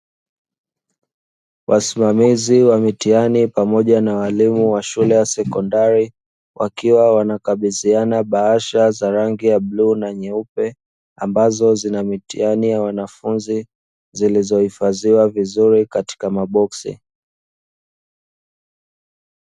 Wasimamizi wa mitihani pamoja na walimu wa shule ya sekondari wakiwa wanakabidhiana bahasha za rangi ya bluu na nyeupe, ambazo zinamitihani ambayo imehifadhiwa vizuri katika maboksi.